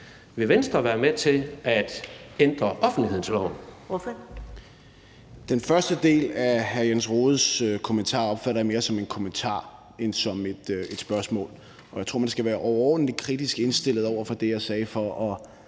Vil Venstre være med til at ændre offentlighedsloven?